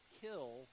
kill